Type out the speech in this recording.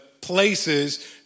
places